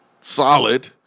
solid